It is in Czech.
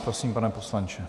Prosím, pane poslanče.